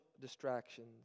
distractions